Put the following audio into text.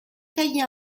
tailler